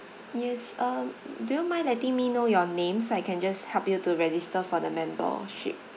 yes um do you mind letting me know your name so I can just help you to register for the membership